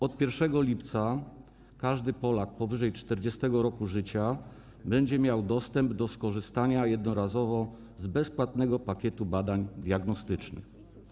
Od 1 lipca każdy Polak powyżej 40. roku życia będzie miał dostęp, możliwość skorzystania jednorazowo z bezpłatnego pakietu badań diagnostycznych.